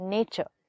Nature